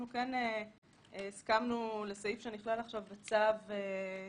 אני מצטרף למה שעופר אמר.